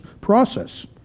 process